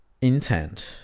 intent